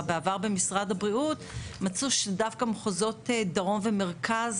בעבר במשרד הבריאות מצאו שדווקא מחוזות דרום ומרכז